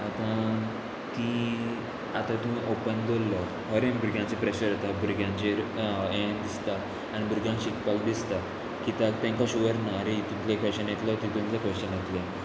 आतां ती आतां तूं ओपन दवरलो अरे भुरग्यांचे प्रेशर येता भुरग्यांचेर हें दिसता आनी भुरग्यांक शिकपाक दिसता कित्याक तांकां शुवर ना अरे तितलें क्वेशन येतलो तितून जें क्वेशन येतलें